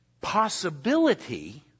possibility